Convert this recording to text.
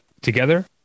together